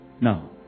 No